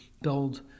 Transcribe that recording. build